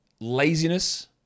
Laziness